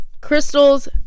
crystals